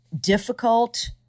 difficult